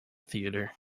theatre